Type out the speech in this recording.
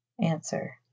answer